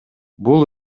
бул